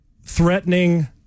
threatening